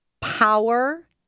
power